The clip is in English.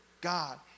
God